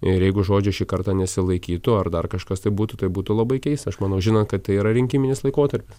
ir jeigu žodžio šį kartą nesilaikytų ar dar kažkas tai būtų tai būtų labai keista aš manau žinant kad tai yra rinkiminis laikotarpis